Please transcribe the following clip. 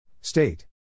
State